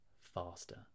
faster